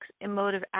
emotive